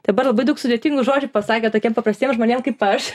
dabar labai daug sudėtingų žodžių pasakėt tokiem paprastiem žmonėm kaip aš